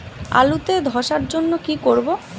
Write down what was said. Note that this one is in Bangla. আলুতে ধসার জন্য কি করব?